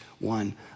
one